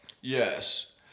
Yes